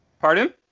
Pardon